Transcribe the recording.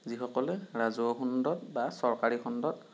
যিসকলে ৰাজহুৱা খণ্ডত বা চৰকাৰী খণ্ডত